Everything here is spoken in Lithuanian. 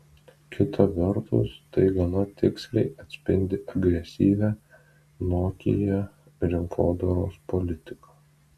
kita vertus tai gana tiksliai atspindi agresyvią nokia rinkodaros politiką